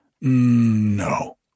No